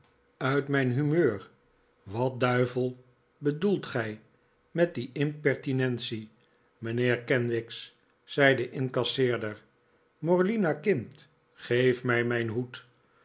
uit mijn humeur wat duivel bedoelt gij met die impertinentie mijnheer kenwigs zei de incasseerder morlina kind geef mij mijn hoed